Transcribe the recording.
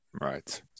right